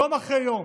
יום אחרי יום,